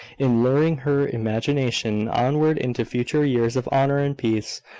in luring her imagination onward into future years of honour and peace.